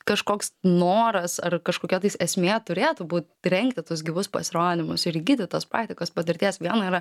kažkoks noras ar kažkokia tais esmė turėtų būt rengti tuos gyvus pasirodymus ir įgyti tos praktikos patirties viena yra